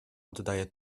oddaje